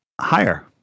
higher